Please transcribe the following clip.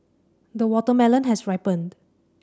the watermelon has ripened